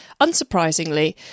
Unsurprisingly